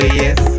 yes